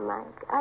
Mike